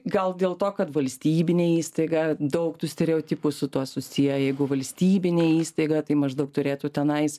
gal dėl to kad valstybinė įstaiga daug tų stereotipų su tuo susiję jeigu valstybinė įstaiga tai maždaug turėtų tenais